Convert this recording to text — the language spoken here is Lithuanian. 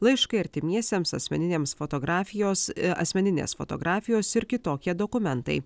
laiškai artimiesiems asmeniniams fotografijos asmeninės fotografijos ir kitokie dokumentai